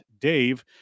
Dave